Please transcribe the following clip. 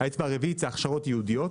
הרביעית הכשרות ייעודיות.